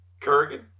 Kurgan